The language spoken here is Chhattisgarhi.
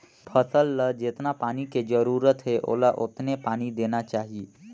फसल ल जेतना पानी के जरूरत हे ओला ओतने पानी देना चाही